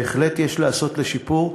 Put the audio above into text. בהחלט יש לעשות לשיפור.